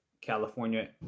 California